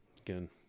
again